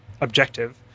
objective